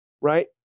Right